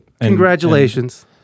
congratulations